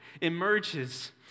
emerges